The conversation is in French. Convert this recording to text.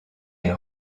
est